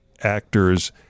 actors